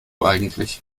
eigentlich